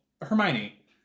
Hermione